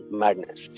madness